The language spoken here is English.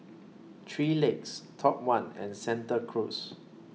three Legs Top one and Santa Cruz